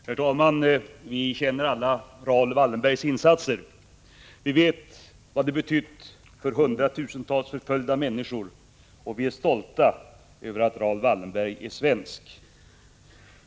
Herr talman! Vi känner alla till Raoul Wallenbergs insatser. Vi vet vad de har betytt för hundratusentals förföljda människor, och vi är stolta över att Raoul Wallenberg är svensk.